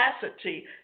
capacity